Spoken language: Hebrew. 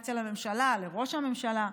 בדה-לגיטימציה לממשלה, לראש הממשלה,